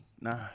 nah